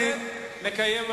נקיים,